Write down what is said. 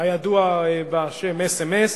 הידוע בשם אס.אם.אס,